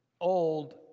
old